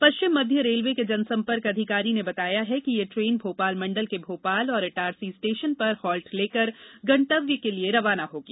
पश्चिम मध्य रेलवे के जनसंपर्क अधिकारी ने बताया कि यह ट्रेन भोपाल मंडल के भोपाल और इटारसी स्टेशन पर हाल्ट लेकर गंतव्य के लिए रवाना होगी